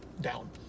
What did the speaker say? down